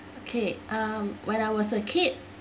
okay um when I was a kid